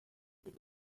finds